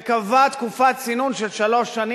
וקבע תקופת צינון של שלוש שנים,